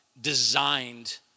designed